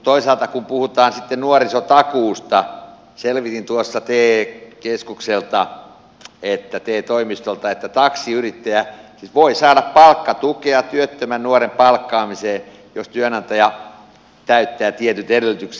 toisaalta kun puhutaan sitten nuorisotakuusta selvitin tuossa te toimistolta että taksiyrittäjä voi saada palkkatukea työttömän nuoren palkkaamiseen jos työnantaja täyttää tietyt edellytykset